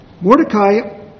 Mordecai